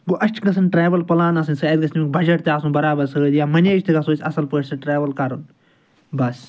گوٚو اَسہِ چھِ گژھَن ٹریٚوٕل پٕلان آسٕنۍ سُہ اَسہِ گژھِ نہٕ بَجَٹ تہِ آسُن برابر سۭتۍ یا مَنیج تہِ گژھَو أسۍ اَصٕل پٲٹھۍ سُہ ٹراوٕل کَرُن بَس